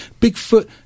bigfoot